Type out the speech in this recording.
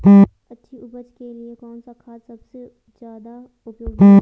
अच्छी उपज के लिए कौन सा खाद सबसे ज़्यादा उपयोगी है?